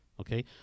okay